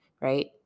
Right